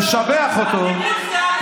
משבח אותו,